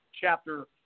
chapter